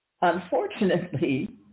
Unfortunately